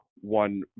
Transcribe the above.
one